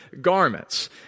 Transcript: garments